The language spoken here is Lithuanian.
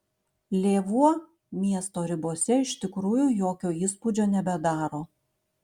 lėvuo miesto ribose iš tikrųjų jokio įspūdžio nebedaro